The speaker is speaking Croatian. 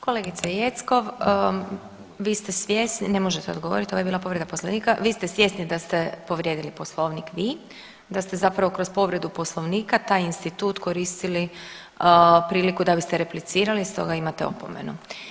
Kolegice Jeckov, vi ste svjesni, ne možete odgovori, ovo je bila povreda Poslovnika, vi ste svjesni da ste povrijedili Poslovnik vi, da ste zapravo kroz povredu Poslovnika taj institut koristili priliku da biste replicirali, stoga imate opomenu.